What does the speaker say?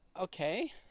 okay